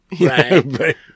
Right